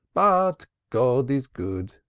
but god is good.